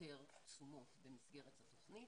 יותר תשומות במסגרת התוכנית.